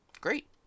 Great